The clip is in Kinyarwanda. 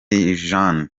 jane